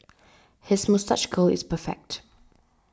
his moustache curl is perfect